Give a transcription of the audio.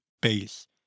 base